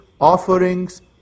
offerings